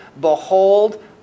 behold